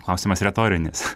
klausimas retorinis